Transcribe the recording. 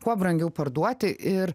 kuo brangiau parduoti ir